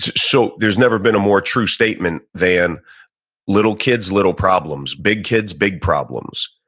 so there's never been a more true statement than little kids, little problems. big kids, big problems.